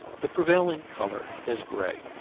the prevailing color is gray,